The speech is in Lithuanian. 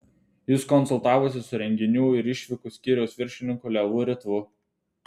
jis konsultavosi su renginių ir išvykų skyriaus viršininku levu ritvu